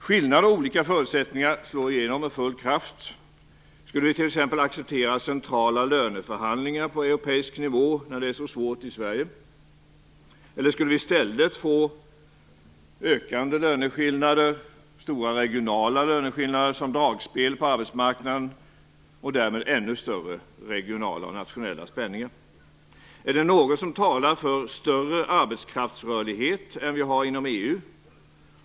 Skillnader och olika förutsättningar slår igenom med full kraft. Skulle vi t.ex. acceptera centrala löneförhandlingar på europeisk nivå, när det är så svårt i Sverige? Eller skulle vi i stället få ökande löneskillnader och stora regionala skillnader som dragspel på arbetsmarknaden och därmed ännu större regionala och nationella spänningar? Är det något som talar för större arbetskraftsrörlighet än vad vi har inom EU?